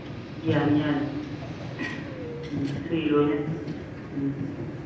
ꯌꯥꯅꯤ ꯌꯥꯅꯤ ꯎꯝ ꯁꯨꯏ ꯂꯣꯏꯅ ꯎꯝ